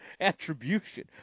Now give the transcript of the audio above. attribution